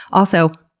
also,